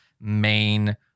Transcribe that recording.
main